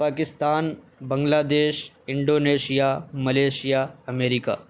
Pakistan Bangladesh Indonesia Malaysia America